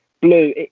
blue